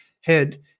head